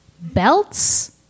Belts